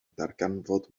darganfod